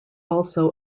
also